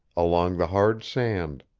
along the hard sand.